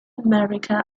america